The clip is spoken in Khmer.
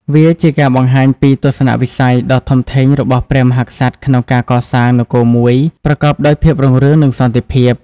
វាជាការបង្ហាញពីទស្សនៈវិស័យដ៏ធំធេងរបស់ព្រះមហាក្សត្រក្នុងការកសាងនគរមួយប្រកបដោយភាពរុងរឿង និងសន្តិភាព។